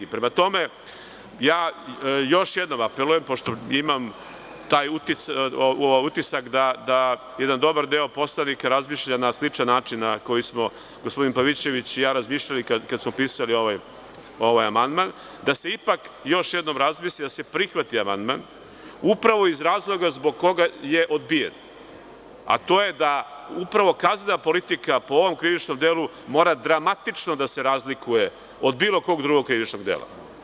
Još jednom apelujem, pošto imam taj utisak da jedan dobar deo poslanika razmišlja na sličan način na koji smo gospodin Pavićević i ja razmišljali kada smo pisali ovaj amandman, da se ipak još jednom razmisli da se prihvati amandman upravo iz razloga zbog koga je odbijen, a to je da kaznena politika po ovom krivičnom delu mora dramatično da se razlikuje od bilo kog drugog krivičnog dela.